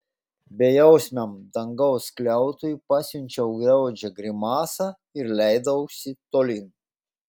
bejausmiam dangaus skliautui pasiunčiau graudžią grimasą ir leidausi tolyn